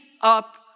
up